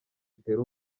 itera